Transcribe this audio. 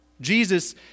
Jesus